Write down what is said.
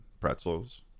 pretzels